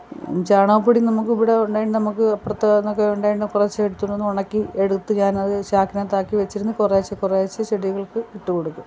ചാണകപ്പൊടി നമുക്കിവടെ നമുക്ക് അപുറത്തൂന്നൊക്കെ ഉണ്ടായത് കൊണ്ട് കുറേച്ചേ എടുത്തോണ്ട് വന്നു ഉണക്കി എടുത്തു ഞാനത് ചാക്കിനകത്താക്കി വെച്ചിരുന്നു കുറേച്ചേ കുറേച്ചേ ചെടികൾക്ക് ഇട്ട് കൊടുത്തു